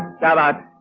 shut up.